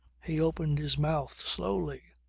he opened his mouth slowly.